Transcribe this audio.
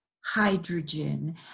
hydrogen